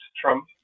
Trump